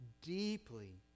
deeply